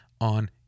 on